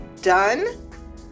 done